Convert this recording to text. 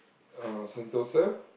or Sentosa